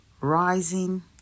rising